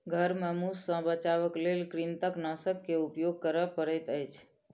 घर में मूस सॅ बचावक लेल कृंतकनाशक के उपयोग करअ पड़ैत अछि